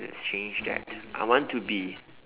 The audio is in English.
let's change that I want to be